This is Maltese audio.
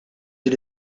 din